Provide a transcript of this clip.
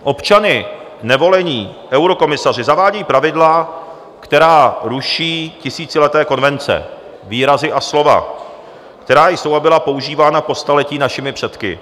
Občany nevolení eurokomisaři zavádějí pravidla, která ruší tisícileté konvence, výrazy a slova, která jsou a byla používána po staletí našimi předky.